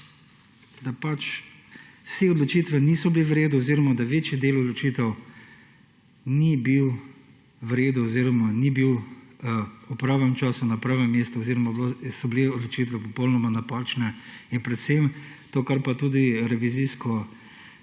da pač vse odločitve niso bile v redu oziroma da večji del odločitev ni bil v redu oziroma ni bil ob praven času na pravem mestu oziroma so bile odločitve popolnoma napačne in predvsem, na kar tudi revizijsko